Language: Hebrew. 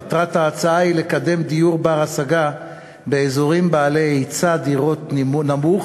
מטרת ההצעה היא לקדם דיור בר-השגה באזורים בעלי היצע דירות נמוך